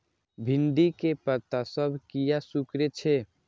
भिंडी के पत्ता सब किया सुकूरे छे?